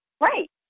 Right